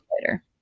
later